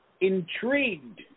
intrigued